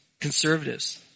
Conservatives